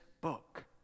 book